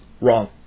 wrong